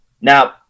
now